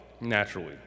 naturally